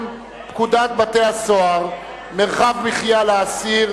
פקודת בתי-הסוהר (מרחב מחיה לאסיר),